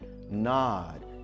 nod